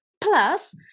plus